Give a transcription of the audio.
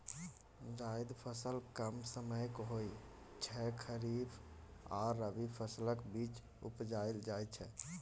जाएद फसल कम समयक होइ छै खरीफ आ रबी फसलक बीच उपजाएल जाइ छै